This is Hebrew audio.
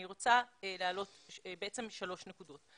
אני רוצה להעלות בעצם שלוש נקודות.